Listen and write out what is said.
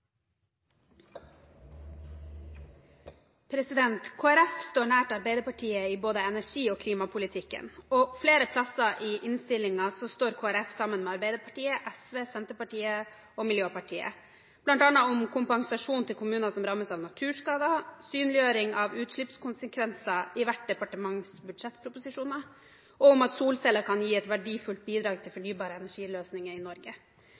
står nært Arbeiderpartiet i både energi- og klimapolitikken, og flere steder i innstillingen står Kristelig Folkeparti sammen med Arbeiderpartiet, SV, Senterpartiet og Miljøpartiet, bl.a. om kompensasjon til kommuner som rammes av naturskader, om synliggjøring av utslippskonsekvenser i hvert departements budsjettproposisjoner og om at solceller kan gi et verdifullt bidrag til fornybare energiløsninger i Norge.